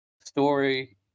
story